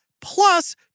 plus